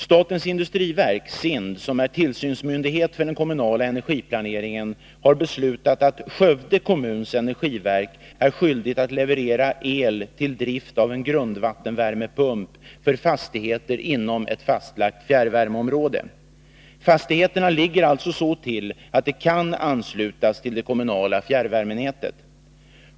Statens industriverk, SIND, som är tillsynsmyndighet för den kommunala energiplaneringen, har beslutat att Skövde kommuns energiverk är skyldigt att leverera el till drift av en grundvattensvärmepump för fastigheter inom ett fastlagt fjärrvärmeområde. Fastigheterna ligger alltså så till att de kan anslutas till det kommunala fjärrvärmenätet.